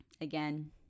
again